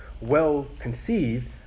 well-conceived